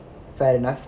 fair enough